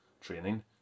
training